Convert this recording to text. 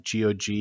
GOG